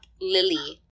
Lily